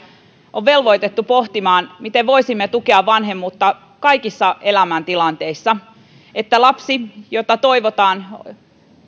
on velvoitettu pohtimaan miten voisimme tukea vanhemmuutta kaikissa elämäntilanteissa niin että kun lasta toivotaan